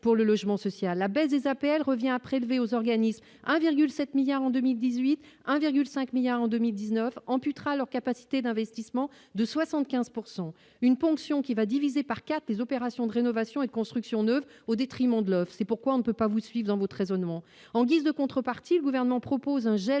pour le logement social, la baisse des APL revient à prélever aux organismes 1,7 milliards en 2018, 1,5 1000000000 en 2019 amputera leur capacité d'investissement de 75 pourcent une une ponction qui va diviser par 4 les opérations de rénovation et de construction neuve au détriment de Love, c'est pourquoi on peut pas vous suivant votre raisonnement en guise de contrepartie, le gouvernement propose un gel